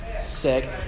Sick